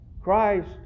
Christ